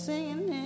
Singing